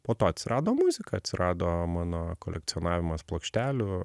po to atsirado muzika atsirado mano kolekcionavimas plokštelių